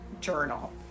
journal